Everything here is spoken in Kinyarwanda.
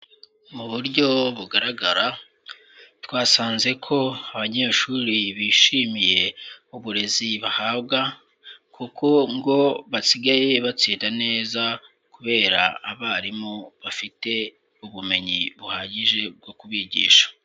Mu buryo bugaragara, twasanze ko abanyeshuri, bishimiye uburezi bahabwa, kuko ngo basigaye batsinda neza, kubera abarimu bafite ubumenyi buhagije bwo kubigisha.